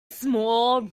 small